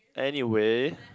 anyway